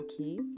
okay